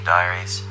Diaries